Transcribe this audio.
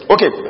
Okay